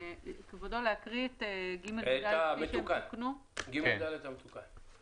תקראי את נוסח סעיפים קטנים (ג) ו-(ד) המתוקנים,